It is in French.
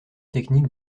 technique